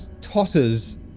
totters